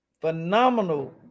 phenomenal